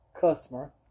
customer